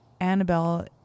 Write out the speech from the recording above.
Annabelle